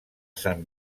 sant